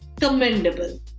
commendable